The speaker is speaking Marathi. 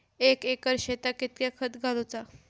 एक एकर शेताक कीतक्या खत घालूचा?